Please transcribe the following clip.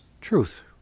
Truth